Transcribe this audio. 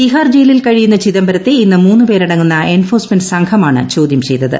തീഹാർ ജയിലിൽ കഴിയുന്ന ചിദംബരത്തെ ഇന്ന് മൂന്ന് പേരടങ്ങുന്ന എൻഫോഴ്സ്മെന്റ് സംഘമാണ് ചോദ്യം ചെയ്തത്